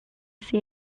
see